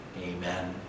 Amen